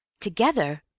together!